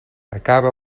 acaba